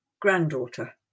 granddaughter